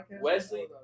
Wesley